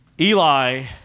Eli